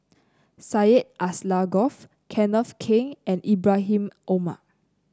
Syed Alsagoff Kenneth Keng and Ibrahim Omar